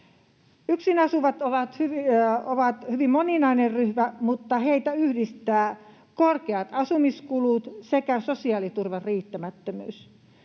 Yksin asuvat ovat hyvin moninainen ryhmä, mutta heitä yhdistävät korkeat asumiskulut sekä sosiaaliturvan riittämättömyys.